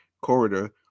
Corridor